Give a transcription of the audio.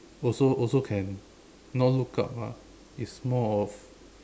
also also can not look up lah it's more of